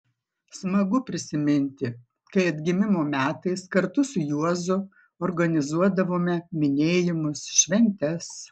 smagu prisiminti kai atgimimo metais kartu su juozu organizuodavome minėjimus šventes